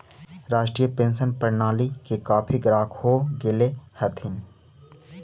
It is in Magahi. राष्ट्रीय पेंशन प्रणाली के काफी ग्राहक हो गेले हथिन